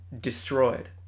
destroyed